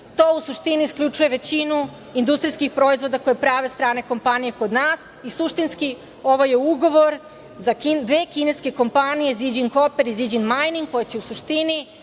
To u suštini isključuje većinu industrijskih proizvoda koje prave strane kompanije kod nas i suštinski ovo je ugovor za dve kineske kompanije „Ziđin Koper“ i „Ziđin Majning“, koje će u suštini